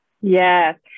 Yes